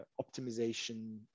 optimization